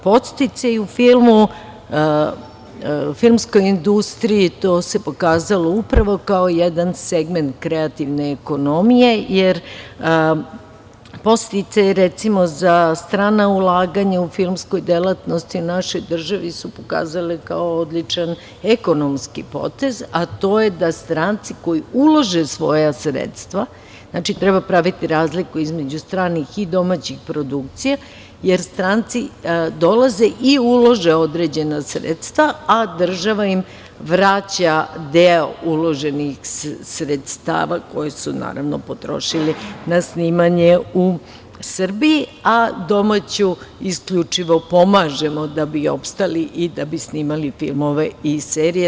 Podsticaji u filmu, filmskoj industriji, to se pokazalo upravo kao jedan segment kreativne ekonomije, jer podsticaji, recimo, za strana ulaganja u filmskoj delatnosti u našoj državi su se pokazali kao odličan ekonomski potez, a to je da stranci koji ulože svoja sredstva, znači, treba praviti razliku između stranih i domaćih produkcija, jer stranci dolaze i ulože određena sredstva, a država im vraća deo uloženih sredstava koje su potrošili na snimanje u Srbiji, a domaću isključivo pomažemo da bi opstali i da bi snimali filmove i serije.